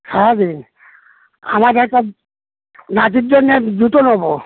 সারাদিন আমার একটা নাতির জন্যে জুতো নেব